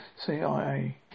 CIA